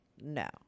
no